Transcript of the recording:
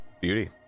beauty